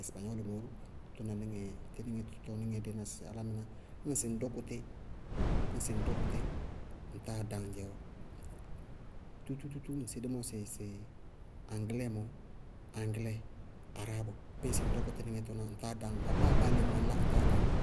espaagnɔɔlɩ mɔɔró. Tʋnáníŋɛɛ tínɩŋɛ tʋtɔɔ dí náa sɩ álámɩná ñŋsɩ ŋ dɔkʋ tí, ŋtáa dáŋñ dzɛ ɔɔ. Tútú tútú ŋsɩ dí mɔsɩ aŋgɩlɛɛ mɔɔ, aŋgɩlɛɛ, aráab. Bíɩ ŋsɩ ŋ dɔkʋ tínɩŋɛ tʋná ŋtáa dáŋ ba bɔɔ, báa léé ŋwɛ ŋñ lá, ŋtáa dáŋ bɔɔ.